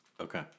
Okay